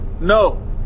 No